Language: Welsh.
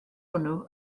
hwnnw